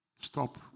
Stop